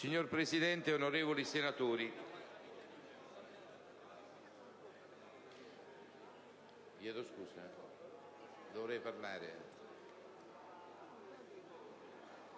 Signora Presidente, onorevoli senatrici